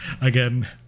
again